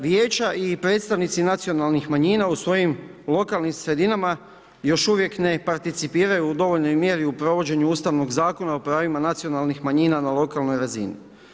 Vijeća i predstavnici nacionalnih manjina u svojim lokalnim sredinama još uvijek ne participiraju u dovoljnoj mjeri u provođenju Ustavnog zakona o pravima nacionalnih manjina na lokalnoj razini.